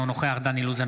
אינו נוכח דן אילוז,